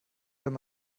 wenn